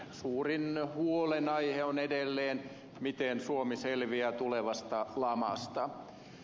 suurin huolenaihe on edelleen miten suomi selviää tulevasta lamasta